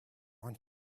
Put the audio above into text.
want